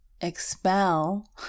expel